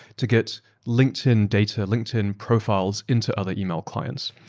to get linkedin data, linkedin profiles into other email clients.